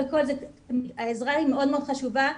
העזרה מאוד חשובה,